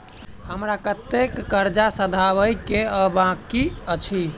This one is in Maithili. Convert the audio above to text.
हमरा कतेक कर्जा सधाबई केँ आ बाकी अछि?